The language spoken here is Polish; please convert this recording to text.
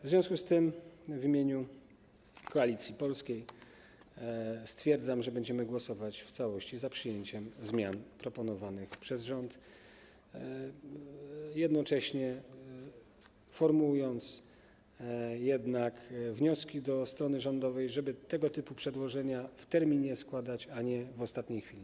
W związku z tym w imieniu Koalicji Polskiej stwierdzam, że będziemy głosować w całości za przyjęciem zmian proponowanych przez rząd, jednocześnie formułując jednak wnioski do strony rządowej, żeby tego typu przedłożenia składać w terminie, a nie w ostatniej chwili.